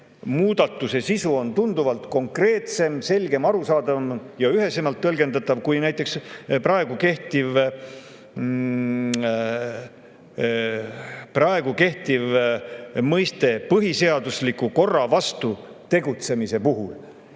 muudatuse sisu on tunduvalt konkreetsem, selgem, arusaadavam ja üheselt tõlgendatavam kui näiteks praegu kehtiv mõiste "põhiseadusliku korra vastu tegutsemise puhul".